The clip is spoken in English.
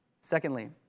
Secondly